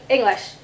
English